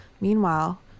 Meanwhile